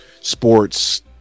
sports